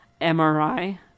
MRI